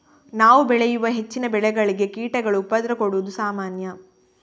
ನಾವು ಬೆಳೆಯುವ ಹೆಚ್ಚಿನ ಬೆಳೆಗಳಿಗೆ ಕೀಟಗಳು ಉಪದ್ರ ಕೊಡುದು ಸಾಮಾನ್ಯ